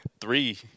three